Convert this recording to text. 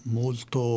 molto